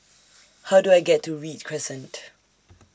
How Do I get to Read Crescent